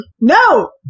No